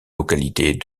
localités